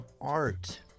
art